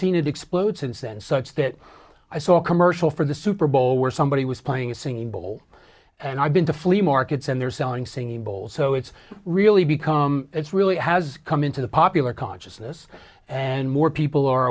seen it explode since then such that i saw a commercial for the super bowl where somebody was buying a singing bowl and i've been to flea markets and they're selling singing bowls so it's really become it's really has come into the popular consciousness and more people are